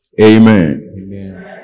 Amen